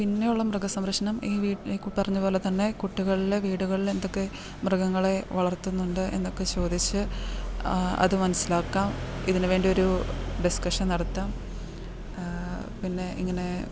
പിന്നെയുള്ള മൃഗ സംരഷ്ണം ഈ വീ ഇ കു പറഞ്ഞ പോലെ തന്നെ കുട്ടികളിലെ വീടുകളിൽ എന്തൊക്കെ മൃഗങ്ങളെ വളർത്തുന്നുണ്ട് എന്നൊക്കെ ചോദിച്ച് അത് മനസ്സിലാക്കാം ഇതിന് വേണ്ടിയൊരു ഡിസ്കഷൻ നടത്താം പിന്നെ ഇങ്ങനെ